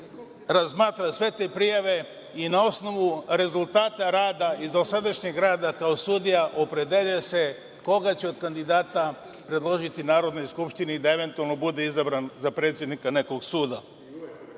razmatra sve te prijave i na osnovu rezultata rada i dosadašnjeg rada kao sudija opredeljuje se koga će od kandidata predložiti Narodnoj skupštini da eventualno bude izabran za predsednika nekog suda. Mogu